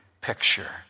picture